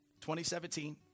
2017